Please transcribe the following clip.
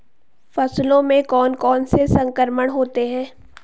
फसलों में कौन कौन से संक्रमण होते हैं?